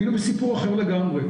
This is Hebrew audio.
היינו בסיפור אחר לגמרי.